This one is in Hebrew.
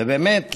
ובאמת,